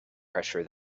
pressure